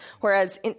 Whereas